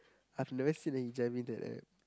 I've never seen a hijabi in that app